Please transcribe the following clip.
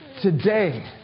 today